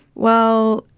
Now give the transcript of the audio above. well,